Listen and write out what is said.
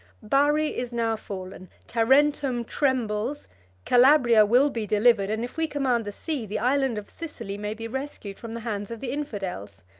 bari is now fallen tarentum trembles calabria will be delivered and, if we command the sea, the island of sicily may be rescued from the hands of the infidels.